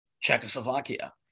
Czechoslovakia